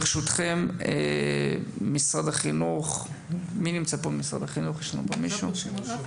ברשותכם, משרד החינוך שמעון,